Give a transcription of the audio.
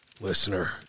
listener